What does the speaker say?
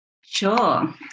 Sure